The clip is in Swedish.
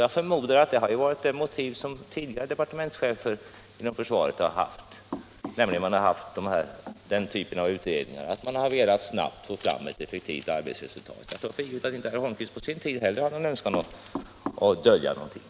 Jag förmodar att det också har varit det motiv som tidigare departementschefen inom försvaret har haft när de har tillsatt denna typ av utredningar — de har snabbt velat få fram ett effektivt arbetsresultat. Jag tar för givet att herr Holmqvist på sin tid inte heller försökte dölja någonting.